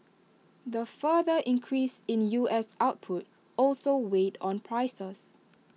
the further increase in U S output also weighed on prices